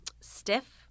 stiff